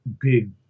big